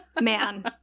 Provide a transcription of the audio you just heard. man